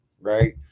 right